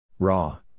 Raw